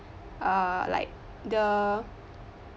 uh like the